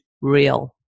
real